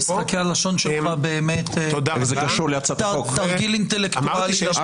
משחקי הלשון שלך הם תרגיל אינטלקטואלי --- אף